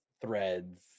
threads